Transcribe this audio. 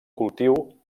cultiu